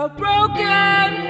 broken